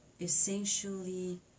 essentially